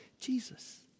Jesus